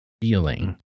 feeling